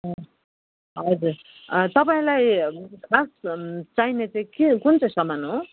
हजुर तपाईँलाई खास चाहिने चाहिँ के कुन चाहिँ सामान हो